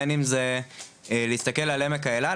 בין אם זה להסתכל על עמק האלה,